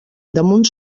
damunt